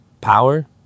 power